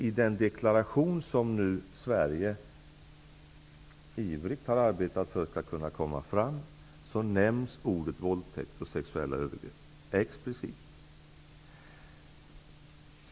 I den deklaration som Sverige ivrigt har arbetat för skall kunna komma fram nämns våldtäkt och sexuella övergrepp explicit.